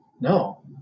no